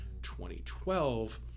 2012